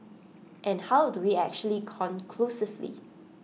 and how do we actually conclusively